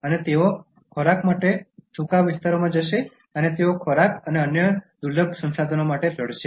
અને તેઓ ખોરાક માટે સૂકા વિસ્તારોમાં જશે અને તેઓ ખોરાક અને અન્ય દુર્લભ સંસાધનો માટે લડશે